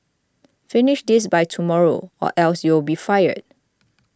finish this by tomorrow or else you'll be fired